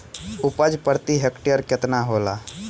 उपज प्रति हेक्टेयर केतना होला?